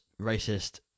racist